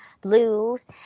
blues